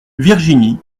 virginie